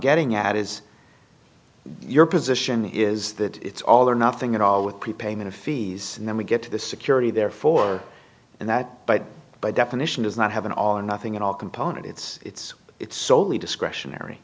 getting at is your position is that it's all or nothing at all with prepayment fees and then we get to the security therefore and that by definition does not have an all or nothing at all component it's it's it's soley discretionary